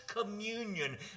communion